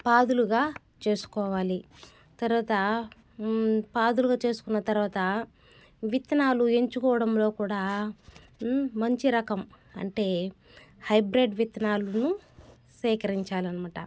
పాదులుగా చేసుకోవాలి తర్వాత పాదులుగా చేసుకున్న తర్వాత విత్తనాలు ఎంచుకోవడంలో కూడా మంచి రకం అంటే హైబ్రిడ్ విత్తనాలను సేకరించాలనమాట